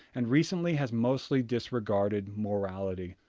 and recently has mostly disregarded morality.